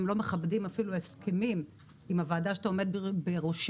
לא מכבדים אפילו הסכמים עם הוועדה שאתה עומד בראשה,